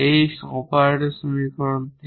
এই অপারেটর সমীকরণ থেকে